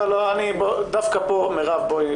מרב,